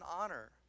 honor